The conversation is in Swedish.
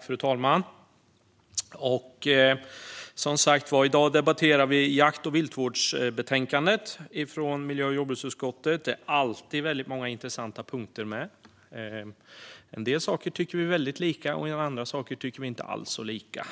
Fru talman! I dag debatterar vi som sagt jakt och viltvårdsbetänkandet från miljö och jordbruksutskottet. Det är alltid många intressanta punkter med i detta betänkande. I en del saker tycker vi väldigt lika, och i andra saker tycker vi inte alls särskilt lika.